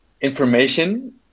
information